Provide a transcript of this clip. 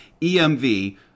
EMV